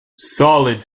solid